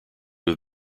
have